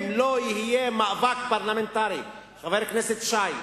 אם לא יהיה מאבק פרלמנטרי, חבר הכנסת שי,